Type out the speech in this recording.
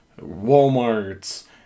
Walmart's